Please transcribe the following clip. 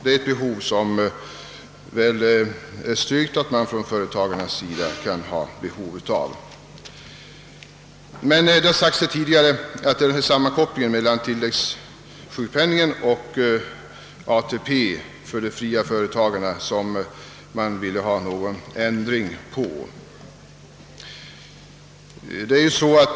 Det har sagts tidigare att man borde ändra på sammankopplingen mellan tilläggssjukpenning och ATP för de fria företagarna.